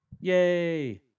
Yay